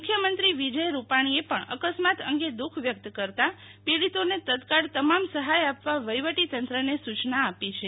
મુખ્યમંત્રી વીજય રૂપાણીએ પણ અકસ્માત અંગે દ્દખ વ્યક્ત કરતા પીડિતોને તત્કાળ તમામ સહાય આપવા વહીવટી તંત્રને સુચના આપી છે